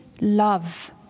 love